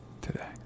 today